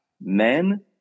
men